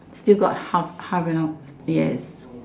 still got half half an hour yes